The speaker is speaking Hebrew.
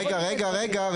רגע, רגע.